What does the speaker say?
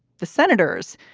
the senators,